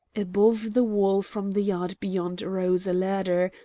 above the wall from the yard beyond rose a ladder,